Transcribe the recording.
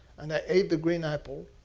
and i ate the green apple.